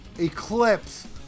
Eclipse